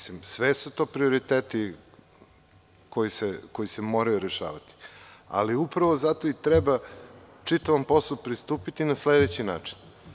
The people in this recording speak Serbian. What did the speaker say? Sve su to prioriteti koji se moraju rešavati, ali upravo zato i treba čitavom takvom poslu pristupiti na sledeći način.